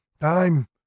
time